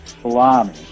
salami